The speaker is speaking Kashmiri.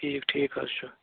ٹھیٖک ٹھیٖک حظ چھُ